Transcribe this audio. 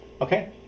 Okay